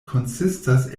konsistas